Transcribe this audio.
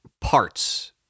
parts